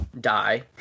die